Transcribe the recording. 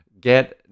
get